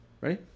Ready